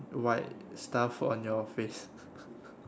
white stuff on your face